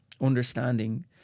understanding